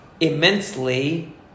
Immensely